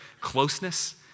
closeness